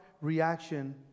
reaction